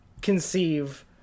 conceive